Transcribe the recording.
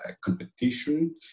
competition